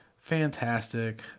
fantastic